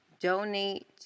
donate